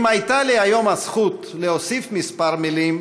אם הייתה לי היום הזכות להוסיף כמה מילים